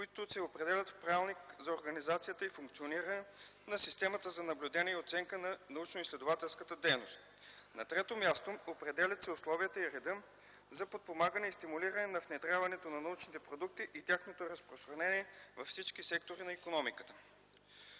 които се определят в Правилник за организацията и функциониране на система за наблюдение и оценка на научноизследователската дейност. На трето място, определят се условията и редът за подпомагане и стимулиране на внедряването на научните продукти и тяхното разпространение във всички сектори на икономиката.